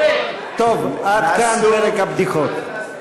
טוב, עד כאן פרק הבדיחות.